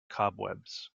cobwebs